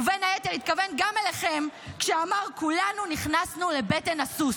ובין היתר התכוון גם אליכם כשאמר: כולנו נכנסנו לבטן הסוס,